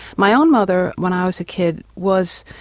my own mother when i was a kid was